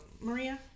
Maria